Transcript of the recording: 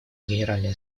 генеральной